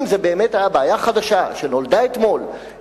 אם זאת באמת היתה בעיה חדשה שנולדה אתמול,